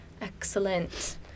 Excellent